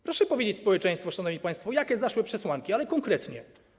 Proszę powiedzieć społeczeństwu, szanowni państwo, jakie zaszły przesłanki, ale konkretnie.